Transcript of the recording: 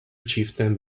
chieftains